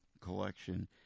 collection